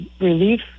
Relief